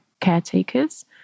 caretakers